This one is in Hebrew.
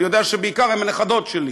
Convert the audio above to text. אני יודע שבעיקר הן הנכדות שלי.